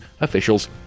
officials